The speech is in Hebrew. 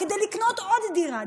כדי לקנות עוד דירה,